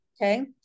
Okay